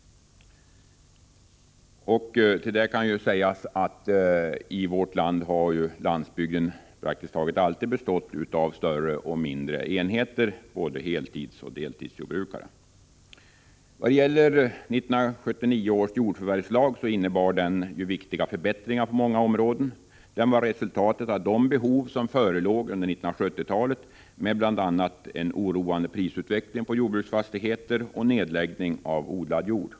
I vårt land har landsbygden praktiskt taget alltid bestått av större och mindre enheter, både heltidsoch deltidsjordbrukare. 1979 års jordförvärvslag innebar viktiga förbättringar på flera områden. Den var ett resultat av de behov som förelåg under 1970-talet med en oroande prisutveckling på jordbruksfastigheter och nedläggning av odlad jord.